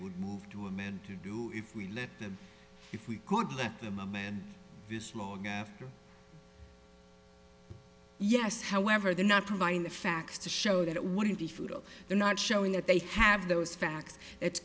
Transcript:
would move to a man to do if we let them if we could let them a man this morning after yes however they're not providing the facts to show that it wouldn't be futile they're not showing that they have those facts it's